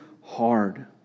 hard